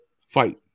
fight